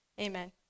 Amen